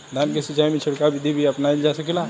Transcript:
धान के सिचाई में छिड़काव बिधि भी अपनाइल जा सकेला?